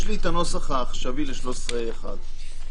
יש לי את הנוסח העכשווי לסעיף 13(ה1).